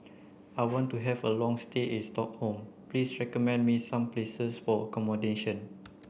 I want to have a long stay in Stockholm please recommend me some places for accommodation